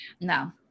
No